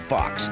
Fox